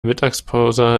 mittagspause